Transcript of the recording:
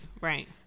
Right